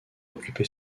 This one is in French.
occuper